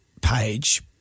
page